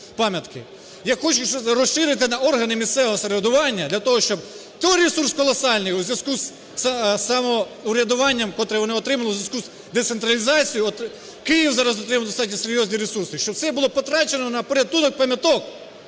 Я хочу, щоб розширити на органи місцевого самоврядування для того, щоб той ресурс колосальний у зв'язку з самоврядуванням, котре вони утримали в зв'язку з децентралізацією, от Київ зараз отримав достатньо серйозні ресурси, щоб це було потрачено на порятунок пам'яток.